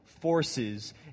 forces